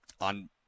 on